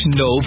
no